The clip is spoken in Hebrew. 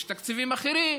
יש תקציבים אחרים.